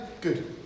Good